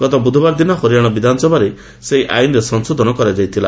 ଗତ ବୁଧବାର ଦିନ ହରିଆନା ବିଧାନସଭାରେ ସେହି ଆଇନ୍ରେ ସଂଶୋଧନ କରାଯାଇଥିଲା